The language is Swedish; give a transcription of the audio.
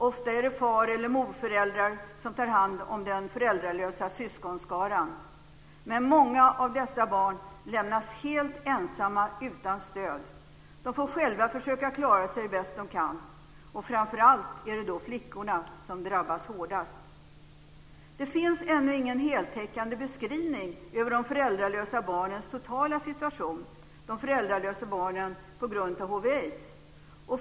Ofta är det far eller morföräldrar som tar hand om den föräldralösa syskonskaran, men många av de här barnen lämnas helt ensamma utan stöd. De får själva klara sig bäst de kan. Framför allt flickorna drabbas hårdast. Det finns ännu ingen heltäckande beskrivning av de föräldralösa barnens totala situation - barn som på grund av hiv/aids är föräldralösa.